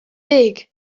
big